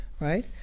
right